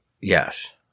yes